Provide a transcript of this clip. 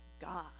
God